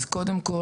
אז קודם כל,